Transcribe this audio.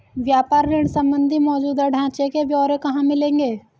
व्यापार ऋण संबंधी मौजूदा ढांचे के ब्यौरे कहाँ मिलेंगे?